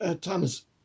Thomas